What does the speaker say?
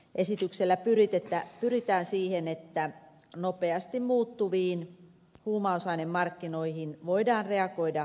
esityksellä pyritään siihen että nopeasti muuttuviin huumausainemarkkinoihin voidaan reagoida nopeammin